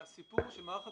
הסיפור של מערך הכוננות,